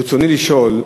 ברצוני לשאול: